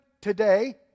today